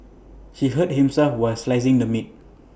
he hurt himself while slicing the meat